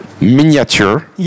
miniature